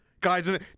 Guys